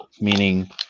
meaning